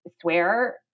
swear